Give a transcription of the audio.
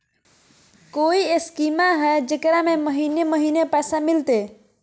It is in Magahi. कोइ स्कीमा हय, जेकरा में महीने महीने पैसा मिलते?